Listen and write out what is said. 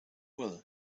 will